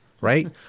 right